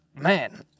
man